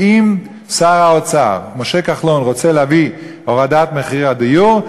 אם שר האוצר משה כחלון רוצה להביא להורדת מחירי הדיור,